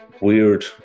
weird